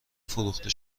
فروخته